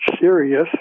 serious